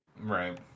right